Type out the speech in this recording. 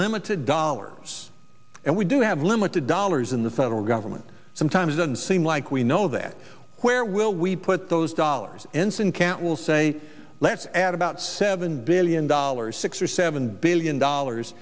limited dollars and we do have limited dollars in the subtle government sometimes doesn't seem like we know that where will we put those dollars ensign can't will say let's add about seven billion dollars six or seven billion dollars